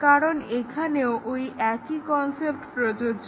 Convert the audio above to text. কারণ এখানেও ওই একই কনসেপ্ট প্রযোজ্য